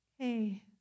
Okay